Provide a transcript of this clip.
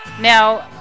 Now